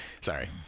Sorry